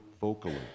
vocally